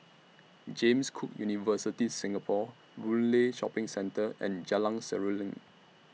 James Cook University Singapore Boon Lay Shopping Centre and Jalan Seruling